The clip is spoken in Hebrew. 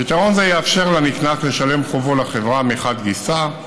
פתרון זה יאפשר לנקנס לשלם את חובו לחברה מחד גיסא,